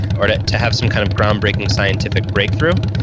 or to to have some kind of groundbreaking scientific breakthrough.